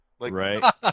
Right